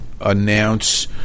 announce